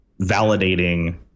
validating